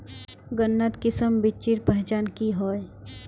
गन्नात किसम बिच्चिर पहचान की होय?